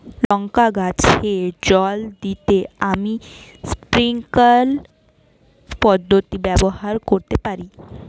লঙ্কা গাছে জল দিতে আমি স্প্রিংকলার পদ্ধতি ব্যবহার করতে পারি?